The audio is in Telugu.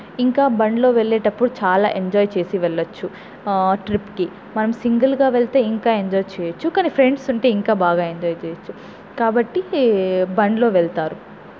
ఇంకా బండ్లో వెళ్ళేటప్పుడు చాలా ఎంజాయ్ చేసి వెళ్ళవచ్చు ట్రిప్కి మనం సింగిల్గా వెళ్తే ఇంకా ఎంజాయ్ చేయవచ్చు కానీ ఫ్రెండ్స్ ఉంటే ఇంకా బాగా ఎంజాయ్ చేయవచ్చు కాబట్టి బండ్లో వెళ్తారు